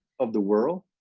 of the world?